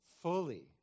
fully